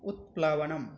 उत्प्लवनम्